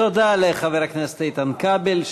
תודה לחבר הכנסת איתן כבל,